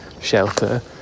shelter